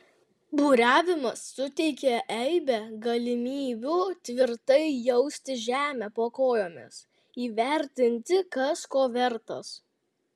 buriavimas suteikia eibę galimybių tvirtai jausti žemę po kojomis įvertinti kas ko vertas